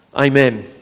Amen